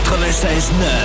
96-9